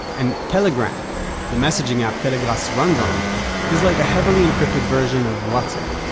and telegram the messaging app telegrass runs on is like a heavily encrypted version of whatsapp.